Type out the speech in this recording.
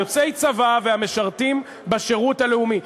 יוצאי צבא והמשרתים בשירות הלאומי.